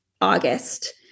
August